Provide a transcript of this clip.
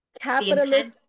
capitalist